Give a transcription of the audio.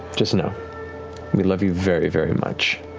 just know we love you very, very much.